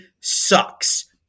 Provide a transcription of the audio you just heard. sucks